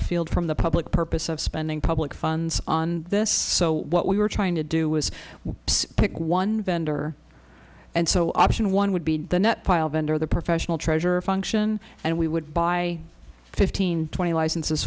afield from the public purpose of spending public funds on this so what we were trying to do was pick one vendor and so option one would be the net pile vendor the professional treasurer function and we would buy fifteen twenty licenses